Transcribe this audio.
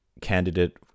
candidate